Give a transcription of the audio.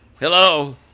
Hello